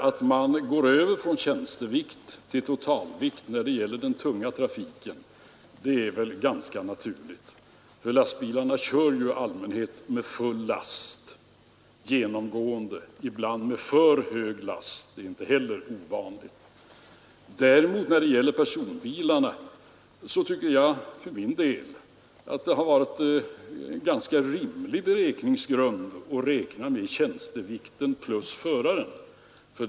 Att man går över från tjänstevikt till totalvikt när det gäller den tunga trafiken är ganska naturligt. Lastbilarna kör i allmänhet genomgående med full last — ibland med för tung last, det är inte heller ovanligt. När det däremot gäller personbilarna tycker jag för min del att det är rimligt att räkna med tjänstevikten plus förarens vikt.